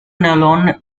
nolan